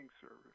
service